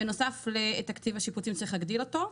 בנוסף לתקציב השיפוצים שצריך להגדיל אותו.